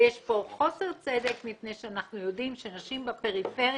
ויש פה חוסר צדק מפני שאנחנו יודעים שנשים בפריפריה,